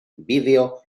vídeo